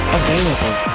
available